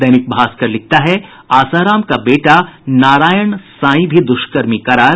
दैनिक भास्कर लिखता है आसाराम का बेटा नारायण साईं भी दुष्कर्मी करार